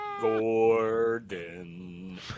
Gordon